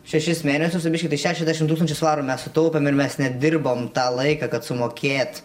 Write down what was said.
šešis mėnesius su biški tai šešiasdešimt tūkstančių svarų mes sutaupėm ir mes nedirbom tą laiką kad sumokėt